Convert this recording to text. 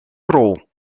crawl